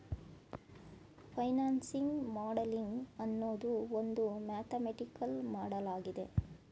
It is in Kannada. ಫೈನಾನ್ಸಿಂಗ್ ಮಾಡಲಿಂಗ್ ಅನ್ನೋದು ಒಂದು ಮ್ಯಾಥಮೆಟಿಕಲ್ ಮಾಡಲಾಗಿದೆ